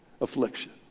affliction